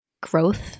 growth